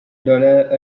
dollar